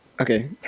okay